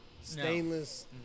stainless